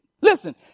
Listen